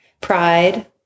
Pride